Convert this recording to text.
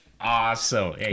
Awesome